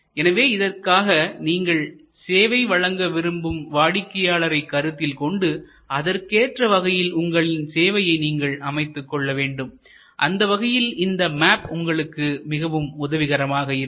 எனவே இதற்காக நீங்கள் சேவை வழங்க விரும்பும் வாடிக்கையாளரை கருத்தில் கொண்டு அதற்கேற்ற வகையில் உங்களின் சேவையை நீங்கள் அமைத்துக்கொள்ள வேண்டும் அந்த வகையில் இந்த மேப் உங்களுக்கு மிகவும் உதவிகரமாக இருக்கும்